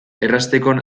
errazteko